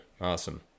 Awesome